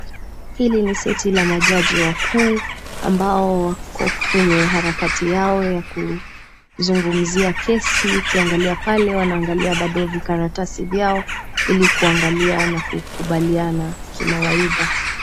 Hii ni seti la majaji wakuu ambao wako kwenye harakati yao ya kuzungumzia kesi. Ukiangalia pale wanaangalia bado vikaratasi vyao ili kuangalia na kukubaliana kimawaidha.